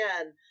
again